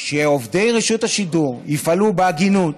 שעובדי רשות השידור יפעלו בהגינות